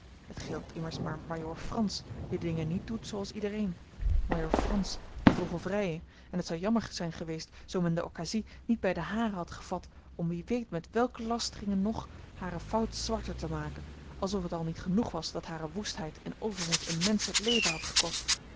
het geldt immers maar majoor frans die de dingen niet doet zooals iedereen majoor frans de vogelvrije en t zou jammer zijn geweest zoo men de occasie niet bij de haren had gevat om wie weet met welke lasteringen nog hare fout zwarter te maken alsof het al niet genoeg was dat hare woestheid en overmoed een mensch het leven hadden gekost